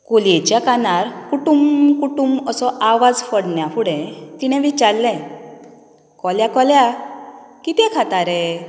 कोलयेच्या कानार कुटूंम कुटूंम असो आवाज पडना फुडें तिणें विचारलें कोल्या कोल्या कितें खाता रे